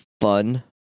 fun